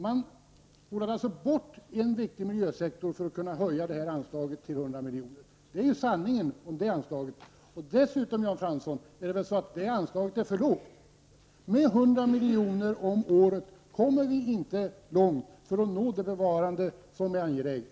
Man spolade alltså en viktig miljösektor för att kunna höja det anslaget till 100 miljoner! Det är sanningen om det anslaget. Dessutom är väl det anslaget för lågt, Jan Fransson? Med 100 miljoner om året kommer vi ju inte långt när det gäller att nå det bevarande som är angeläget.